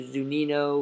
Zunino